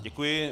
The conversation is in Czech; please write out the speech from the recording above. Děkuji.